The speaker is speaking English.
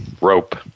rope